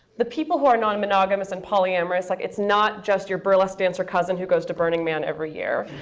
the people who are non-monogamous and polyamorous like it's not just your burlesque dancer cousin who goes to burning man every year.